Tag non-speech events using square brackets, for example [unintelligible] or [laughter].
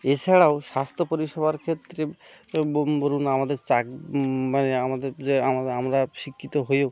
এছাড়াও স্বাস্থ্য পরিষেবার ক্ষেত্রে এবং [unintelligible] আমাদের [unintelligible] মানে আমাদের যে আমরা আমরা শিক্ষিত হয়েও